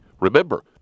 Remember